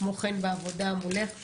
כמו כן בעבודה מולך.